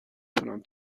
تونم